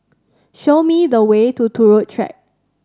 show me the way to Turut Track